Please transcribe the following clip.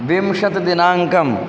विंशतिदिनाङ्कम्